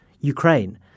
Ukraine